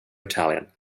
italian